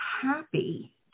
happy